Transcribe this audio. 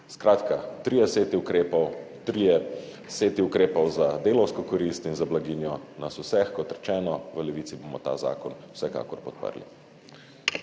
Skratka, trije seti ukrepov, trije seti ukrepov za delavsko korist in za blaginjo nas vseh. Kot rečeno, v Levici bomo ta zakon vsekakor podprli.